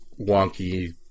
wonky